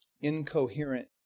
incoherent